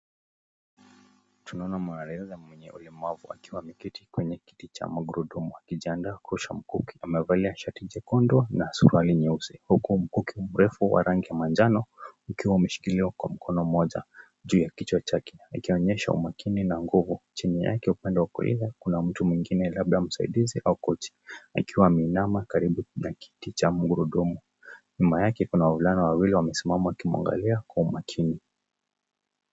Tunaona mwanariadha mwenye ulemavu akiwa ameketi kwenye kiti cha magurudumu akijiandaa kurusha mkuki akiwa amevalia shati jekundu na suruali nyeusi huku mkuki mrefu wa rangi manjano ukiwa umeshikiliwa kwa mkono mmoja juu ya kichwa chake akionyesha umakini na nguvu. Chini yake upande wa kulia kuna mtu mwingi labda msaidizi ama kochi akiwa ameinama karibu cha magurudumu. Nyuma yake kuna wavulana wawili wamesimama wakimuangalia kwa umakini.